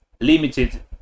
limited